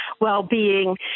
well-being